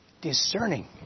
Discerning